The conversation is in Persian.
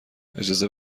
اجازه